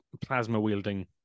plasma-wielding